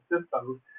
system